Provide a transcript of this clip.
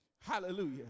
hallelujah